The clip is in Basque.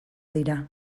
dira